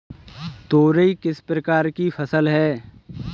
तोरई किस प्रकार की फसल है?